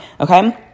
okay